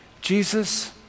Jesus